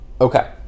Okay